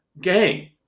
gang